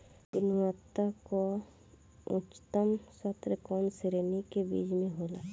गुणवत्ता क उच्चतम स्तर कउना श्रेणी क बीज मे होला?